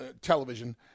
television